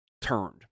turned